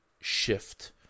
shift